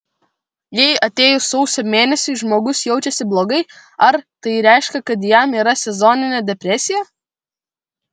jei atėjus sausio mėnesiui žmogus jaučiasi blogai ar tai reiškia kad jam yra sezoninė depresija